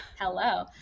Hello